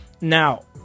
now